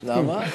למה?